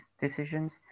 decisions